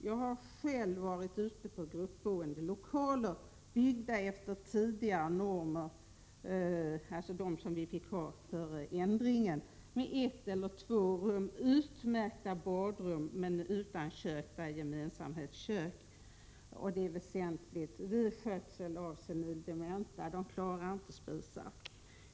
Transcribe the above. Jag har själv varit ute på gruppboendelokaler byggda efter tidigare gällande normer med ett eller två rum, utmärkta badrum men utan kök, endast med gemensamhetskök. Det är väsentligt vid skötsel av senildementa. De klarar inte spisar.